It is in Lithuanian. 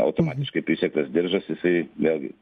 automatiškai prisegtas diržas jisai vėlgi